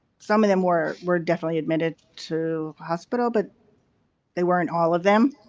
some of them were were definitely admitted to hospital but they weren't all of them,